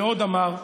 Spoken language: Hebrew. ועוד אמר: